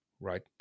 right